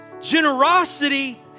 Generosity